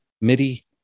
MIDI